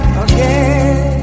again